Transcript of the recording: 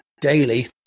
daily